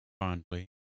fondly